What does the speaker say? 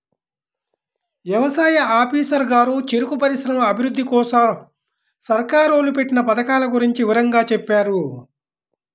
యవసాయ ఆఫీసరు గారు చెరుకు పరిశ్రమల అభిరుద్ధి కోసరం సర్కారోళ్ళు పెట్టిన పథకాల గురించి వివరంగా చెప్పారు